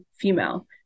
female